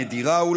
נדירה,